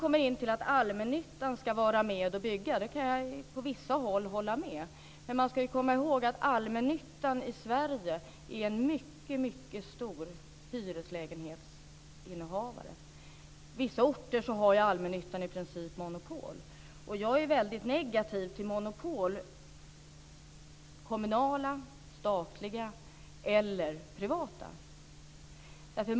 Att allmännyttan ska vara med och bygga kan jag hålla med om på vissa håll. Men man ska komma ihåg att allmännyttan i Sverige är en mycket stor innehavare av hyreslägenheter. På vissa orter har allmännyttan i princip monopol, och jag är väldigt negativ till monopol, kommunala, statliga eller privata.